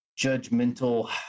judgmental